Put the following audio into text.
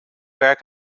werk